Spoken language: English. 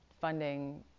funding